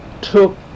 took